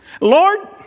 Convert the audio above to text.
Lord